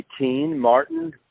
Martin